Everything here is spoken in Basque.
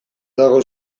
dago